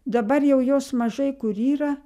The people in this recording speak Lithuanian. dabar jau jos mažai kur yra